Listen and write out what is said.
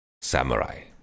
Samurai